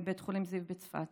בבית החולים זיו בצפת.